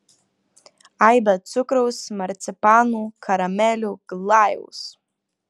aibę cukraus marcipanų karamelių glajaus